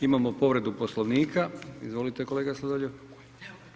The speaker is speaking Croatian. Imamo povredu Poslovnika, izvolite kolega Sladoljev.